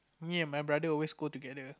me and my brother always go together